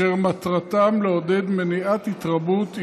אשר מטרתם לעודד מניעת התרבות,